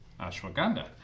Ashwagandha